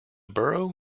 borough